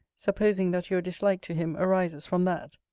supposing that your dislike to him arises from that.